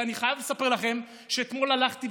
אני חייב לספר לכם שאתמול הלכתי,